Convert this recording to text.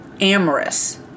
amorous